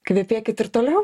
kvepėkit ir toliau